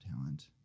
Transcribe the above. talent